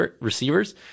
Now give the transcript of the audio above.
receivers